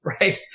right